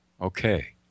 okay